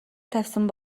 тавьсан